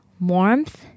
warmth